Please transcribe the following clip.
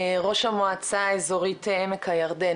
ראש המועצה האזורית עמק הירדן,